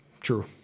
true